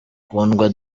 kundwa